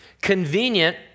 Convenient